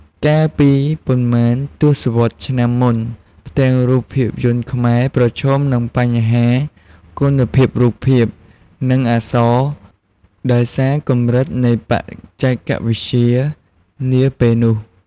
កាលពីប៉ុន្មានទសវត្សរ៍ឆ្នាំមុន ផ្ទាំងរូបភាពយន្តខ្មែរប្រឈមនឹងបញ្ហាគុណភាពរូបភាព និងអក្សរដោយសារកម្រិតនៃបច្ចេកវិទ្យានាពេលនោះ ។